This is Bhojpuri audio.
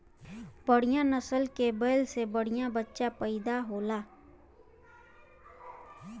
बढ़िया नसल के बैल से बढ़िया बच्चा पइदा होला